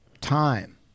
time